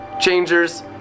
changers